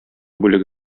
бүлеге